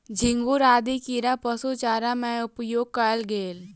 झींगुर आदि कीड़ा पशु चारा में उपयोग कएल गेल